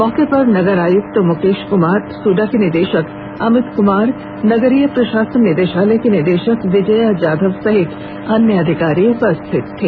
मौके पर नगर आयक्त मुकेश कमार सुडा के निदेशक अमित कमार नगरीय प्रशासन निदेशालय की निदेशक विजया जाधव सहित अन्य अधिकारी उपस्थित थे